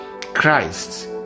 Christ